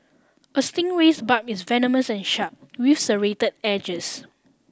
a stingray's barb is venomous and sharp with serrated edges